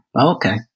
Okay